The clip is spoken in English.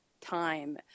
time